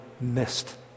missed